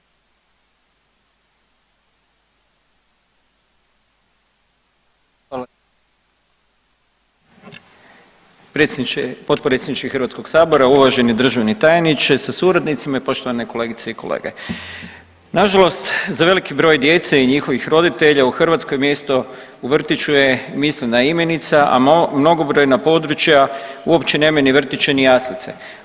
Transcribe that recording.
Predsjedniče, potpredsjedniče Hrvatskog sabora, uvaženi državni tajniče sa suradnicima i poštovane kolegice i kolege, nažalost za veliki broj djece i njihovih roditelja u Hrvatskoj mjesto u vrtiću je mislena imenica, a mnogobrojna područja uopće nemaju ni vrtića ni jaslice.